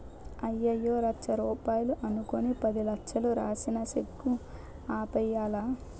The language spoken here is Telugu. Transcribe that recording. అయ్యయ్యో లచ్చ రూపాయలు అనుకుని పదిలచ్చలు రాసిన సెక్కు ఆపేయ్యాలా